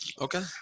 Okay